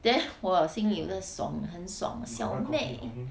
then 我心里很爽 uh 很爽 uh 小妹